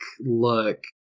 look